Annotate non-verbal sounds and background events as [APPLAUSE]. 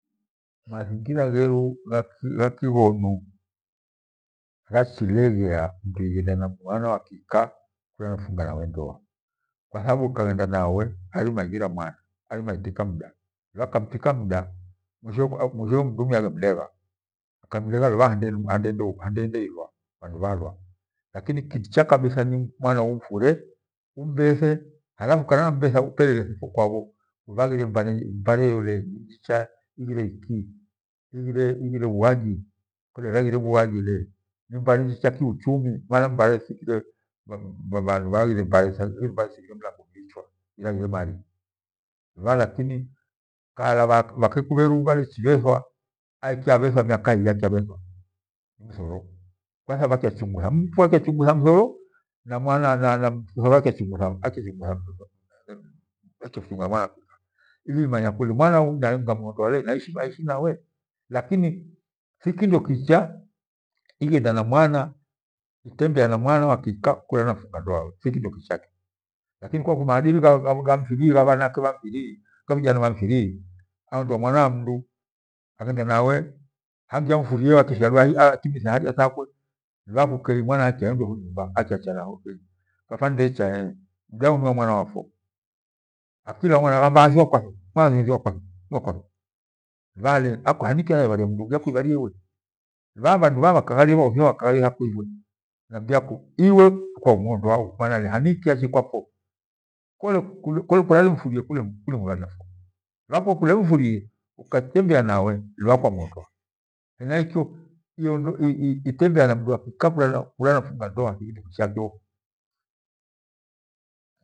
Mazingira gheru ghakighonu ghachileghea mdu ighenda na mwana wa kika marupfunga nawe ndoa, kwathabu ukaghenda nawe airima ighira mwana. Arima itika mda lubha akatika mda mwishowe mdumi aghemlegha. Akamlegha ubhaha andeende ilwa. Lakini kicha kabitha mwana niumfure, umbethe hangu kana upelele the kindo kicha kwabho. Kuvaghire mbare yo lee ni [HESITATION] njicha ighire ikii, ighire bhuaji kole iraghire bhuaji lee nimbare njicha kiuchumimana mbare mana bhandu wengi bhaghire mbare tighive mlango mbichwa. Tiraghire nami luvaha lakini kala bhakaku bheru bhalechi bhethwa aekyafethwa miaka ibhi aekyavethani mthoro bhaehyachughuthana. Mpu aliyamchunguthana mthoro na mwana mthoro akyachungutha mpfu ilimanya lee mwanau nikawondo alee nairima iishi nawe? Lakini thiki ndokichekyo itembeana mwana wa kika kuranapfunga ndia nawe. Sio kitu kizuri lakini maadili gha bhanaku bhamiriu aondoa mwana wa mndu aghende nawe hangi amfu rifwe akyashigha du atimithe haja thakwa lubha kukeimwa akyaendiwe iho nyumba kayacha na orwei. Baba ndecha mdau niwamwana wapfwo ahailaghwa mwah ai thiwakwatho, thiwakwatho lubhaha lee hanikii naibharia mndu uuni ulaibharie iwe? Lubhaha bhandu bhanghothi bhakarie tha iko ifwe iwe kwamuondodu. Haniiki aache kwapfwo? Kole kuralemfurie kule kuralemfuria kilimwibhariapfwo mira kole kulemfurie ukatemebea nawe lubhaha kwamuondoa. Henaikyo itembeana mdu wa kika kwuranamwendia thikino kicha kyo.